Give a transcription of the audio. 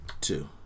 two